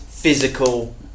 Physical